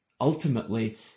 Ultimately